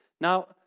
Now